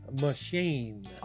machine